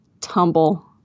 tumble